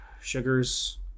sugars